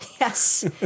Yes